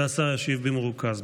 השר ישיב במרוכז.